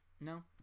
No